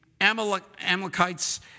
Amalekites